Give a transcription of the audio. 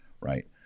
right